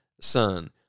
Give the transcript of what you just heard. son